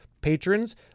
patrons